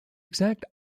exact